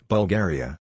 Bulgaria